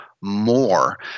more